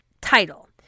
title